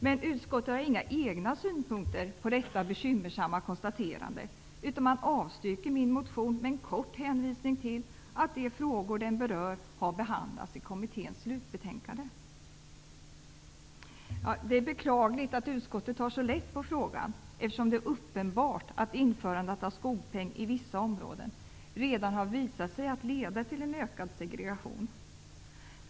Men utskottet har inga egna synpunkter på detta bekymmersamma konstaterande, utan man avstyrker min motion med en kort hänvisning till att de frågor som den berör har behandlats i kommitténs slutbetänkande. Det är beklagligt att utskottet tar så lätt på frågan, eftersom det är uppenbart att införandet av skolpeng i vissa områden redan har visat sig leda till ökad segregation.